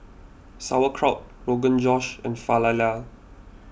Sauerkraut Rogan Josh and Falafel